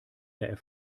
der